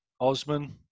Osman